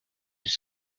des